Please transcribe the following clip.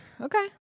Okay